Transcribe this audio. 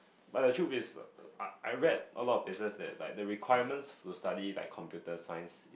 but the truth is I I read a lot of places that like the requirements to study like computer science is